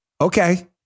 Okay